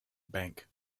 bank